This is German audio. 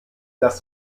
das